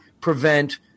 prevent